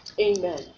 Amen